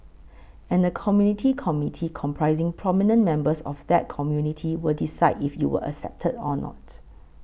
and a Community Committee comprising prominent members of that community will decide if you were accepted or not